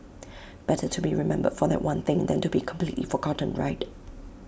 better to be remembered for that one thing than to be completely forgotten right